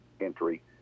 entry